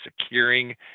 securing